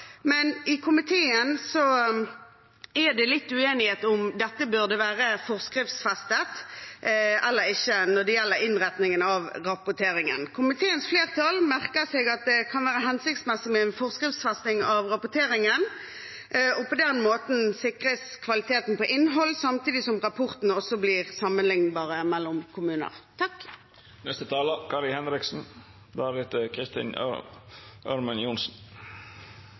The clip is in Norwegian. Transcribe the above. men i komiteen er det litt uenighet om dette burde være forskriftsfestet eller ikke når det gjelder innretningen av rapporteringen. Komiteens flertall merker seg at det kan være hensiktsmessig med en forskriftsfesting av rapporteringen. På den måten sikres kvaliteten på innholdet samtidig som rapportene også blir sammenlignbare mellom kommuner.